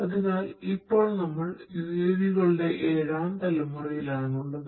അതിനാൽ ഇപ്പോൾ നമ്മൾ UAV കളുടെ ഏഴാം തലമുറയിൽ ആണ് ഉള്ളത്